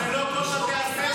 אבל זה לא כל בתי הספר.